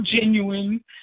genuine